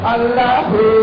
Allahu